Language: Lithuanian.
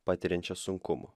patiriančias sunkumų